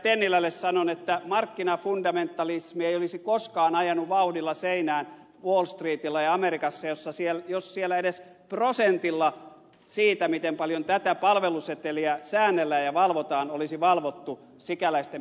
tennilälle sanon että markkinafundamentalismi ei olisi koskaan ajanut vauhdilla seinään wall streetillä ja amerikassa jos siellä edes prosentilla siitä miten paljon tätä palveluseteliä säännellään ja valvotaan olisi valvottu sikäläisten